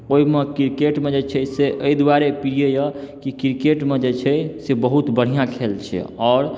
ओहिमे क्रिकेटमे जे छै से एहि दुआरे प्रिय यऽ कि क्रिकेटमे जे छै से बहुत बढ़िआँ खेल छै आओर